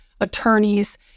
attorneys